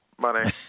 money